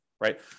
right